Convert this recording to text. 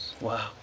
wow